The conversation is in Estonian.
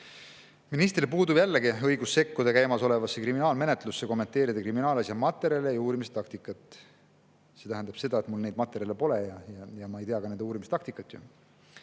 ministril puudub õigus sekkuda käimasolevasse kriminaalmenetlusse, kommenteerida kriminaalasja materjale ja uurimistaktikat. See tähendab seda, et mul neid materjale pole ja ma ei tea ka nende uurimise taktikat.